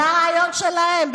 זה הרעיון שלהם.